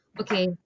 Okay